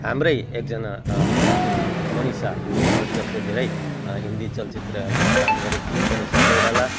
हाम्रै एकजना छोरी चेली मनिषा जसले धेरै हिन्दी चलचित्रहरूमा काम गरेकी छिन् मनिषा कोइराला